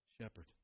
Shepherd